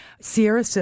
Sierra